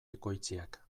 ekoitziak